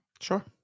Sure